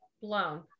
blown